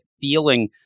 feeling